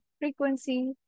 frequency